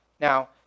Now